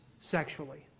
sexually